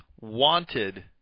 wanted